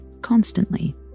constantly